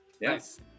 Yes